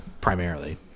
primarily